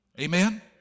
Amen